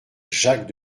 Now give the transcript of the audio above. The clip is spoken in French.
jacques